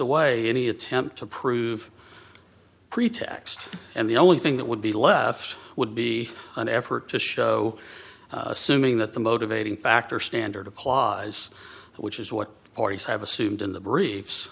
away any attempt to prove pretext and the only thing that would be left would be an effort to show assuming that the motivating factor standard applause which is what parties have assumed in the briefs